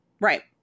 Right